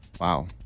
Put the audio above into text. Wow